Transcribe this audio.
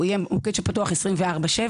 הוא יהיה מוקד שפתוח 24/7,